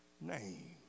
Name